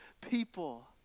people